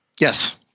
Yes